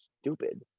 stupid